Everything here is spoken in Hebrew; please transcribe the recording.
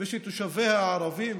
ושתושביה ערבים?